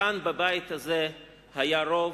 כאן, בבית הזה, היה רוב